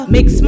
Mix